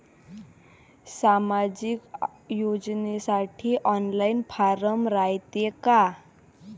सामाजिक योजनेसाठी online form रायते का?